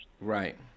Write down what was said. Right